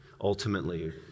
ultimately